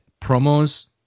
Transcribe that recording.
promos